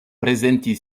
prezenti